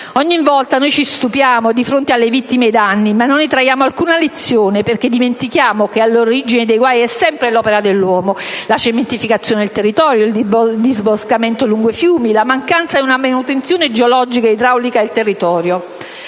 Ogni volta ci stupiamo di fronte alle vittime e ai danni, ma non ne traiamo alcuna lezione perché dimentichiamo che all'origine dei guai sono sempre l'opera dell'uomo, la cementificazione dei territori, il disboscamento lungo i fiumi e la mancanza di una manutenzione geologico-idraulica del territorio.